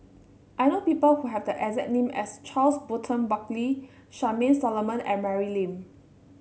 I know people who have the exact name as Charles Burton Buckley Charmaine Solomon and Mary Lim